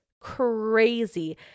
crazy